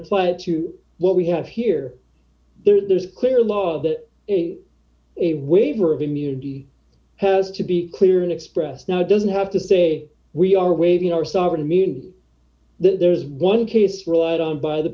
apply it to what we have here there's clear laws that say a waiver of immunity has to be clear and express now doesn't have to say we are waiving our sovereign immunity there's one case relied on by the